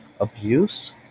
abuse